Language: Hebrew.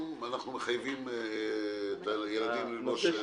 אנחנו מחייבים היום את הילדים לחבוש קסדה.